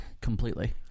completely